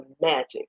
magic